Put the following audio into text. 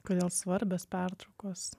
kodėl svarbios pertraukos